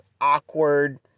awkward